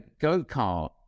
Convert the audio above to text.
go-kart